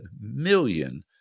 million